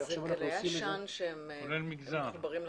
גלאי העשן מחוברים לחשמל?